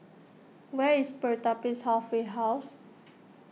where is Pertapis Halfway House